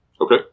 Okay